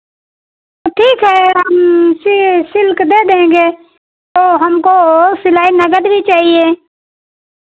तो ठीक है हम सिल सिल कर दे देंगे तो हमको सिलाई नगद भी चाहिए